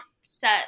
set